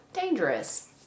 dangerous